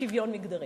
שוויון מגדרי.